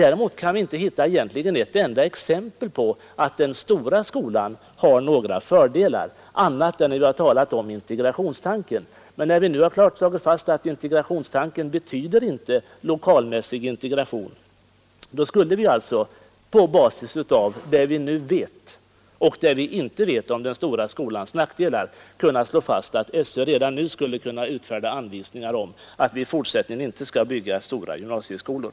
Vi kan inte finna ett enda exempel på att den stora skolan har några fördelar utöver integrationstanken som vi har talat om. Men efter att nu ha slagit fast att den inte betyder lokalmässig integration skulle vi alltså på basis av det vi nu vet och det vi inte vet om den stora skolans nackdelar kunna slå fast att SÖ redan nu skulle kunna utfärda anvisningar om att vi i fortsättningen inte skall bygga stora gymnasieskolor.